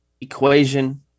equation